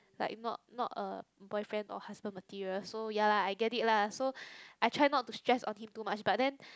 like not not a boyfriend or husband material so ya I get it lah so I try not to stress on him too much but then